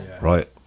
right